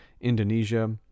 Indonesia